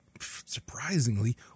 surprisingly